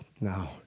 No